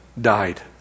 died